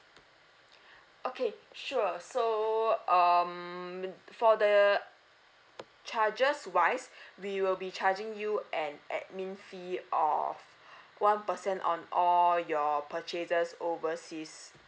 okay sure so um for the charges wise we will be charging you an admin fee of one percent on all your purchases overseas